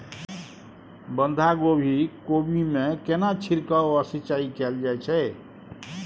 बंधागोभी कोबी मे केना छिरकाव व सिंचाई कैल जाय छै?